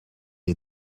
est